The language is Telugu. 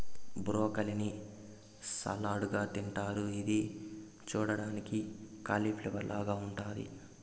బ్రోకలీ ని సలాడ్ గా తింటారు ఇది చూడ్డానికి కాలిఫ్లవర్ లాగ ఉంటాది